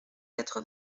quatre